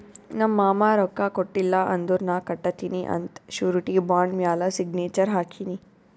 ನಮ್ ಮಾಮಾ ರೊಕ್ಕಾ ಕೊಟ್ಟಿಲ್ಲ ಅಂದುರ್ ನಾ ಕಟ್ಟತ್ತಿನಿ ಅಂತ್ ಶುರಿಟಿ ಬಾಂಡ್ ಮ್ಯಾಲ ಸಿಗ್ನೇಚರ್ ಹಾಕಿನಿ